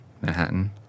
Manhattan